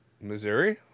Missouri